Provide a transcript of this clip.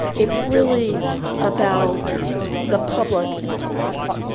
it's really about the public in public health.